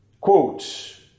Quote